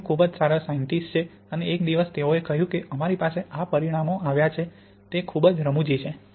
તેઓ ખૂબ જ સારા સાઇન્ટિસ્ટ છે અને એક દિવસ તેઓએ કહ્યું કે અમારી પાસે આ પરિણામો આવ્યા છે તે ખૂબ જ રમુજી છે